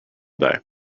day